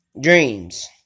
dreams